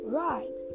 right